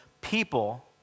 people